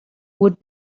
would